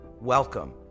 welcome